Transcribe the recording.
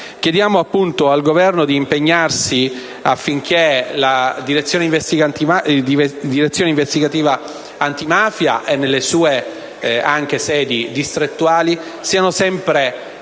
chiediamo al Governo di impegnarsi affinché la Direzione investigativa antimafia anche nelle sue sedi distrettuali, sia sempre